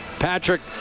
Patrick